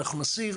אנחנו נסיר,